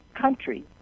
country